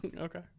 Okay